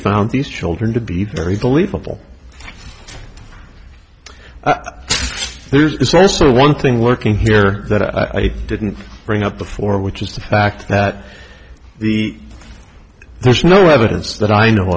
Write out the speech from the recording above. found these children to be very believable there's also one thing working here that i didn't bring up before which is the fact that the there's no evidence that i know